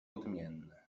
odmienny